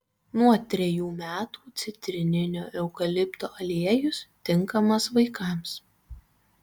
nuo trejų metų citrininio eukalipto aliejus tinkamas vaikams